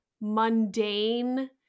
mundane